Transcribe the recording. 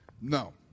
No